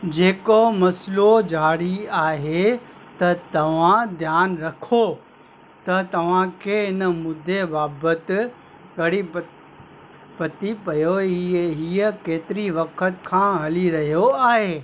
जेको मसइलो जारी आहे त तव्हां ध्यानु रखो त तव्हांखे हिन मुद्दे बाबति कढ़ी प पती पयो ही ऐं हीअ केतिरी वक़्ति खां हली रहियो आहे